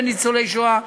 בין ניצולי שואה.